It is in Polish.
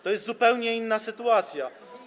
To jest zupełnie inna sytuacja.